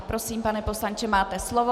Prosím, pane poslanče, máte slovo.